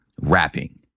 rapping